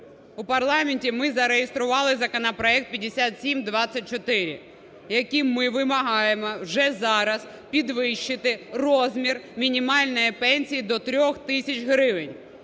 У парламенті ми зареєстрували законопроект 5724, яким ми вимагаєм вже зараз підвищити розмір мінімальної пенсії до 3 тисяч гривень.